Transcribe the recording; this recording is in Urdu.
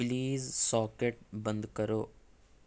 پلیز ساکٹ بند کرو